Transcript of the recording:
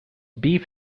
beef